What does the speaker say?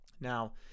Now